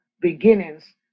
beginnings